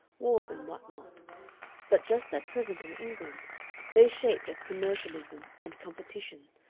wars, and what not but just at present in england they shaped as commercialism and competition,